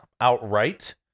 outright